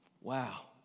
Wow